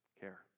Care